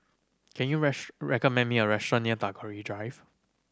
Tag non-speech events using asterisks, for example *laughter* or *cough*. can you *unintelligible* recommend me a restaurant near Tagore Drive